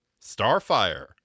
Starfire